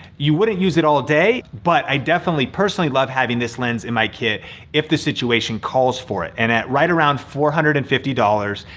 you wouldn't use it all day, but i definitely personally love having this lens in my kit if the situation calls for it and at right around four hundred and fifty dollars,